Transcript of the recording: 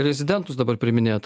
rezidentus dabar priiminėt